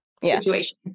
situation